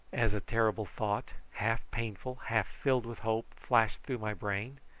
as a terrible thought, half painful, half filled with hope, flashed through my brain.